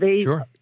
Sure